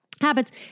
habits